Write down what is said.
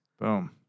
Boom